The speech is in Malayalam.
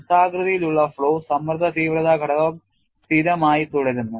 വൃത്താകൃതിയിലുള്ള flaw സമ്മർദ്ദ തീവ്രത ഘടകം സ്ഥിരമായി തുടരുന്നു